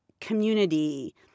community